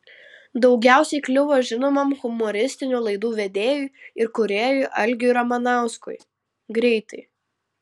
daugiausiai kliuvo žinomam humoristinių laidų vedėjui ir kūrėjui algiui ramanauskui greitai